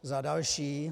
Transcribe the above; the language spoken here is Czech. Za další.